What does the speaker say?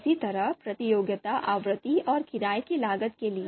इसी तरह प्रतियोगिता आवृत्ति और किराये की लागत के लिए